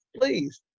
please